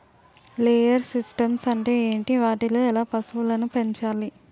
Layer systems అంటే ఏంటి? వాటిలో ఎలా పశువులను పెంచాలి?